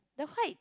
the white